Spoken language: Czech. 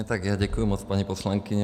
Tak já děkuji moc, paní poslankyně.